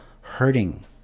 hurting